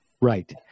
right